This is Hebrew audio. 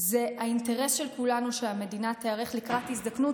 זה האינטרס של כולנו שהמדינה תיערך לקראת הזדקנות